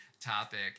topic